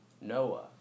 Noah